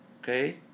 okay